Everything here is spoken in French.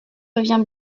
devient